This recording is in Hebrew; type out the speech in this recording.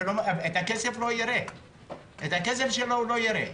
את הכסף שלו הוא לא יראה.